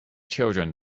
children